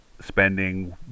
spending